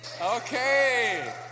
Okay